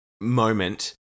moment